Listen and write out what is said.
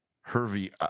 Hervey